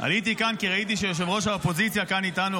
עליתי כאן כי ראיתי שראש האופוזיציה כאן איתנו,